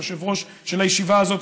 היושב-ראש של הישיבה הזאת,